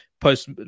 post